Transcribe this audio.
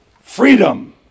freedom